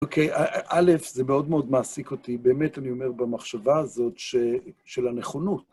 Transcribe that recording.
אוקיי, א', זה מאוד מאוד מעסיק אותי, באמת אני אומר במחשבה הזאת של הנכונות.